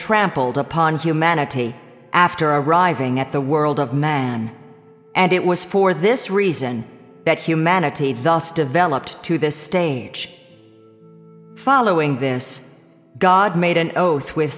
trampled upon humanity after arriving at the world of man and it was for this reason that humanity thus developed to this stage following this god made an oath with